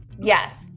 Yes